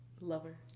lover